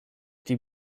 die